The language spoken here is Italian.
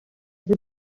sul